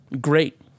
great